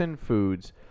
Foods